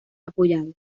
apoyados